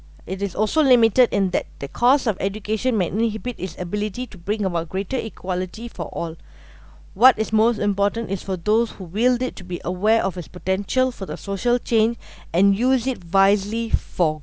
it is also limited in that the cost of education might inhibit its ability to bring about greater equality for all what is most important is for those who willed it to be aware of its potential for the social change and use it wisely for